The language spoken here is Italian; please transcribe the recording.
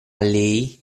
lei